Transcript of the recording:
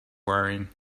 wearing